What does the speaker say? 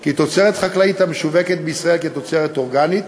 כי תוצרת חקלאית המשווקת בישראל כתוצרת אורגנית